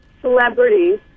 celebrities –